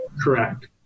Correct